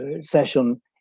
session